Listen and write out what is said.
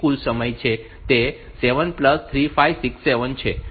તે 7 3567 છે